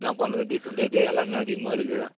என்ன பண்ணுறது diesel rate எல்லாமே அதிகமாக இருக்குது